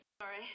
Sorry